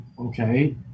okay